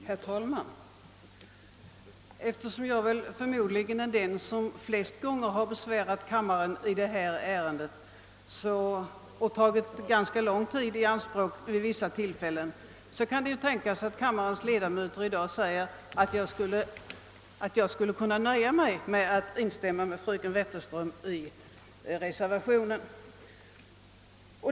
Herr talman! Eftersom jag förmodligen är den som flest gånger har besvärat kammaren i detta ärende och därvid vid vissa tillfällen tagit ganska lång tid i anspråk kan det ju tänkas att kammarens ledamöter tycker att jag i dag skulle kunna nöja mig med att instämma med fröken Wetterström.